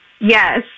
Yes